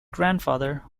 grandfather